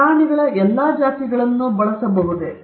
ನಾವು ಪ್ರಾಣಿಗಳ ಎಲ್ಲಾ ಜಾತಿಗಳನ್ನು ಬಳಸಬಹುದೇ